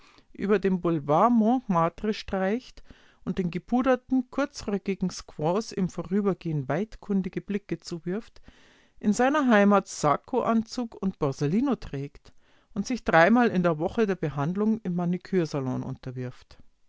über den boulevard montmartre streicht und den gepuderten kurzröckigen squaws im vorübergehen waidkundige blicke zuwirft in seiner heimat sakkoanzug und borsalino trägt und sich dreimal in der woche der behandlung im manikuresalon unterwirft